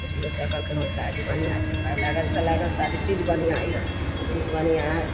बेटियो सभ कहलकै हँ साड़ी बढ़िआँ छै पाइ लागल तऽ लागल साड़ी चीज बढ़िआँ यऽ चीज बढ़ियाँ हइ